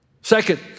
Second